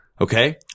okay